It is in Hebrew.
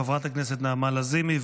חברת הכנסת נעמה לזימי,